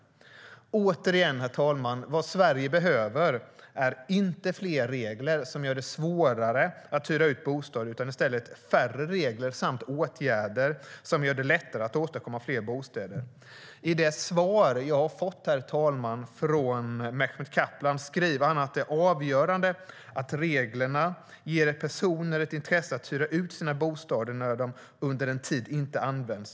Återigen, herr talman: Vad Sverige behöver är inte fler regler som gör det svårare att hyra ut bostad utan i stället färre regler samt åtgärder som gör det lättare att åstadkomma fler bostäder. I det svar, herr talman, som jag har fått från Mehmet Kaplan säger han att det är avgörande att reglerna ger personer ett intresse av att hyra ut sina bostäder när de under en tid inte används.